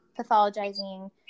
pathologizing